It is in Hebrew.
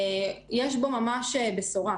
יש בו ממש בשורה,